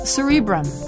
Cerebrum